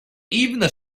even